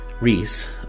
Reese